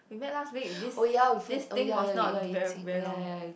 we met last week this this thing was not very very long